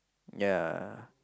ya